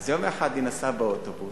יום אחד היא נסעה באוטובוס,